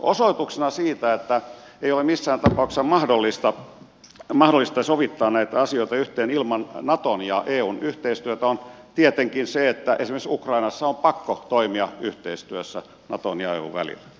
osoituksena siitä että ei ole missään tapauksessa mahdollista sovittaa näitä asioita yhteen ilman naton ja eun yhteistyötä on tietenkin se että esimerkiksi ukrainassa on pakko toimia yhteistyössä naton ja eun välillä